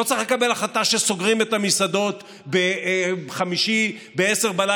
לא צריך לקבל החלטה שסוגרים את המסעדות בחמישי ב-22:00,